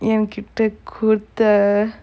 எங்கிட்ட குடுத்த:engiktta kudutha